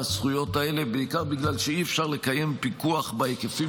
הזכויות האלה בעיקר בגלל שאי-אפשר לקיים פיקוח בהיקפים